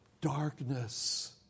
darkness